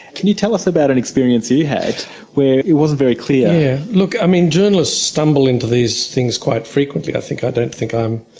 can you tell us about an experience you you had where it wasn't very clear. yes. look, i mean journalists stumble into these things quite frequently, i think. i don't think i'm